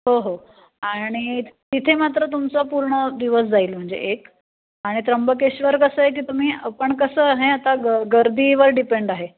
हो हो आणि तिथे मात्र तुमचा पूर्ण दिवस जाईल म्हणजे एक आणि त्रंबकेश्वर कसं आहे की तुम्ही पण कसं आहे आता ग गर्दीवर डिपेंड आहे